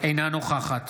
אינה נוכחת